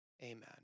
Amen